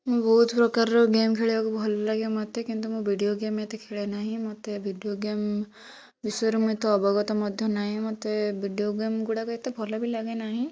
ମୁଁ ବହୁତ ପ୍ରକାରର ଗେମ ଖେଳିବାକୁ ଭଲ ଲାଗେ ମୋତେ କିନ୍ତୁ ମୁଁ ଭିଡ଼ିଓ ଗେମ ଏତେ ଖେଳେ ନାହିଁ ମୋତେ ଭିଡ଼ିଓ ଗେମ ବିଷୟରେ ମୁଁ ଏତେ ଅବଗତ ମଧ୍ୟ ନାହିଁ ମୋତେ ଭିଡ଼ିଓ ଗେମ ଗୁଡ଼ାକ ଏତେ ଭଲ ବି ଲାଗେ ନାହିଁ